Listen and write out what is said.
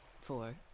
four